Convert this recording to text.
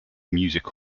music